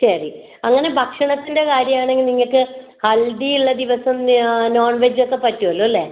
ശരി അങ്ങനെ ഭക്ഷണത്തിൻ്റെ കാര്യം ആണെങ്കിൽ നിങ്ങൾക്ക് ഹൽദി ഉള്ള ദിവസം നോൺവെജ് ഒക്കെ പറ്റുമല്ലോ അല്ലേ